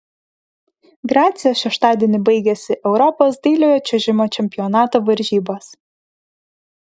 grace šeštadienį baigėsi europos dailiojo čiuožimo čempionato varžybos